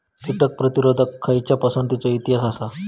कीटक प्रतिरोधक खयच्या पसंतीचो इतिहास आसा?